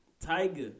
Tiger